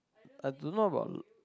I don't know about